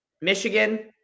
Michigan